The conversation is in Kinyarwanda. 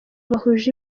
bahuje